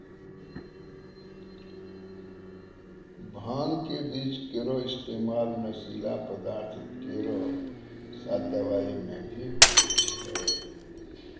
भांग क बीज केरो इस्तेमाल नशीला पदार्थ केरो साथ दवाई म भी होय छै